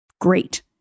Great